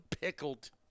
pickled